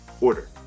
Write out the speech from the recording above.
order